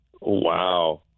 Wow